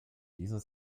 dieser